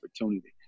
opportunity